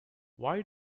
why